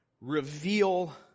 reveal